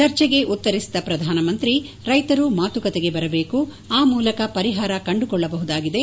ಚರ್ಚೆಗೆ ಉತ್ತರಿಸಿದ ಪ್ರಧಾನಮಂತ್ರಿ ರೈತರು ಮಾತುಕತೆಗೆ ಬರಬೇಕು ಆ ಮೂಲಕ ಪರಿಹಾರವನ್ನು ಕಂಡುಕೊಳ್ಳಬಹುದಾಗಿದೆ